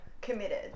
committed